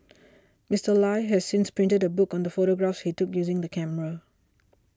Mister Lie has since printed a book on the photographs he took using the camera